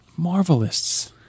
Marvelists